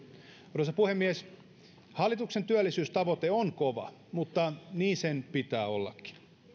arvoisa puhemies hallituksen työllisyystavoite on kova mutta niin sen pitää ollakin